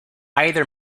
either